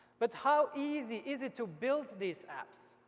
but how easy is it to build these apps?